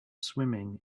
swimming